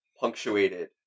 punctuated